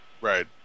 Right